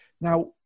now